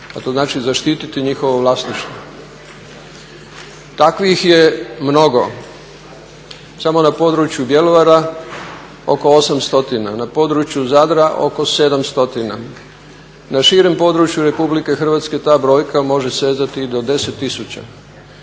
a to znači zaštiti njihovo vlasništvo. Takvih je mnogo. Samo na području Bjelovara oko 800, na području oko Zadra oko 700, na širem području RH ta brojka može sezati i do 10